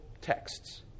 texts